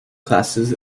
classes